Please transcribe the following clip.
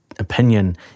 Opinion